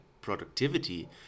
productivity